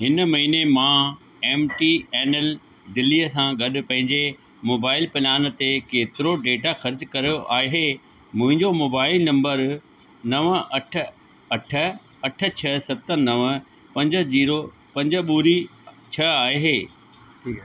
हिन महीने मां एम टी एन एल दिल्लीअ सां ॻॾु पंहिंजे मोबाइल प्लान ते केतिरो डेटा ख़र्चु कर्यो आहे मुंहिंजो मोबाइल नंबर नवं अठ अठ अठ छह सत नवं पंज जीरो पंज ॿुड़ी छ्ह आहे